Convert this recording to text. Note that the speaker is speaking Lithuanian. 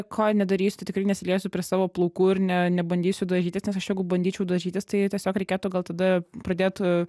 ko nedarysiu tikrai nesilieisiu prie savo plaukų ir ne nebandysiu dažytis nes aš jeigu bandyčiau dažytis tai tiesiog reikėtų gal tada pradėtų